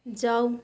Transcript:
जाऊ